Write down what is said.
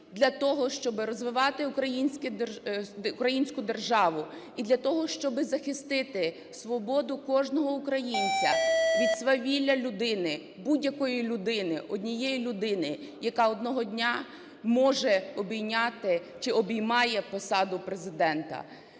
для того, щоб розвивати українську державу, і для того, щоб захистити свободу кожного українця від свавілля людини, будь-якої людини, однієї людини, яка одного дня може обійняти чи обіймає посаду Президента.